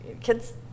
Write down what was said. Kids